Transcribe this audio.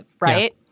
right